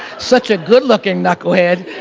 such a good-looking knucklehead.